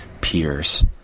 peers